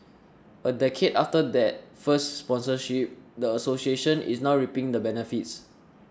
a decade after that first sponsorship the association is now reaping the benefits